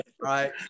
right